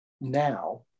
now